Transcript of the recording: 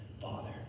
Father